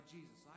Jesus